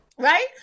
right